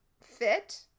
fit